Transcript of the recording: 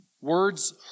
Words